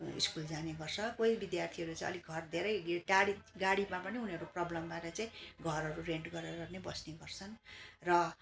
school जाने गर्छ कोही विद्यार्थीहरू चाहिँ अलिक घर धेरै घर टाढो त गाडीमा पनि उनीहरू प्रब्लम भएर चाहिँ घरहरू रेन्ट गरेर नै बस्ने गर्छन् र